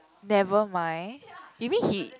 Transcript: never mind you mean he